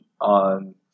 on